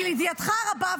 כי לידיעתך הרבה,